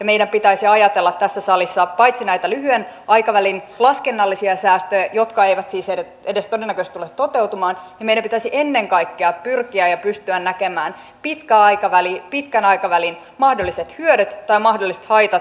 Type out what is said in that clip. meidän pitäisi ajatella tässä salissa paitsi näitä lyhyen aikavälin laskennallisia säästöjä jotka eivät siis todennäköisesti edes tule toteutumaan ja meidän pitäisi ennen kaikkea pyrkiä ja pystyä näkemään pitkän aikavälin mahdolliset hyödyt tai mahdolliset haitat